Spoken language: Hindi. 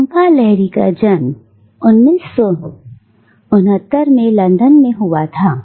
झुंपा लाहिड़ी का जन्म 1969 में लंदन में हुआ था